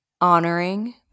honoring